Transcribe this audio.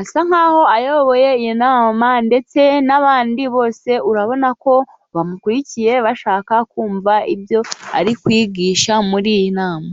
asa nkaho ayoboye iyo nama, ndetse n'abandi bose urabona ko bamukurikiye bashaka kumva ibyo ari kwigisha muri iyi nama.